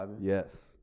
Yes